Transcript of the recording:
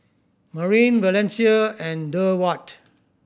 Marin Valencia and Durward